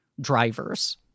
drivers